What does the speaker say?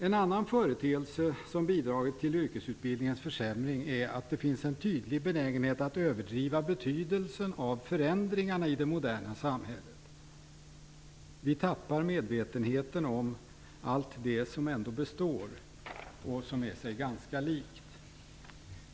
En annan företeelse som bidragit till yrkesutbildningens försämring är att det finns en tydlig benägenhet att överdriva betydelsen av förändringarna i det moderna samhället. Vi tappar medvetenheten om allt det som ändå består och som är sig ganska likt.